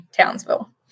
Townsville